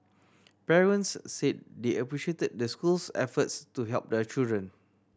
parents said they appreciated the school's efforts to help their children